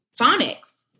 phonics